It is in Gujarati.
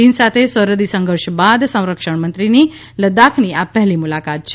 ચીન સાથે સરહદી સંઘર્ષ બાદ સંરક્ષણ મંત્રીની લડાખની આ પહેલી મુલાકાત છે